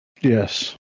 Yes